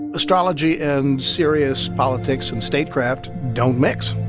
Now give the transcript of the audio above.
astrology and serious politics and statecraft don't mix,